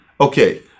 Okay